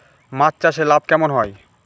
মাছ চাষে লাভ কেমন হয়?